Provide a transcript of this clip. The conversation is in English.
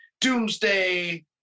doomsday